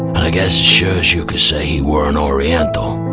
and i guess sure as you could say he were an oriental